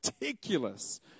meticulous